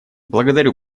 благодарю